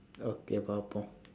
okay about that